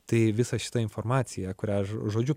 tai visa šitą informaciją kurią žo žodžiu